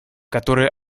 которые